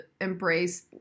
embrace